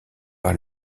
par